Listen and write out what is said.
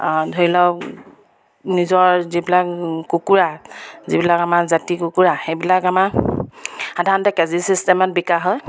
ধৰি লওক নিজৰ যিবিলাক কুকুৰা যিবিলাক আমাৰ জাতি কুকুৰা সেইবিলাক আমাৰ সাধাৰণতে কেজি চিষ্টেমত বিকা হয়